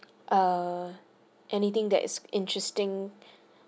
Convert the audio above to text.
err anything that is interesting